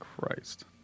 Christ